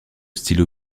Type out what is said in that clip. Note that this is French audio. stylo